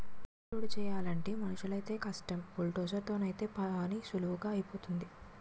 ఊక లోడు చేయలంటే మనుసులైతేయ్ కష్టం బుల్డోజర్ తోనైతే పనీసులువుగా ఐపోతాది